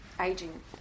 aging